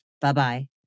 Bye-bye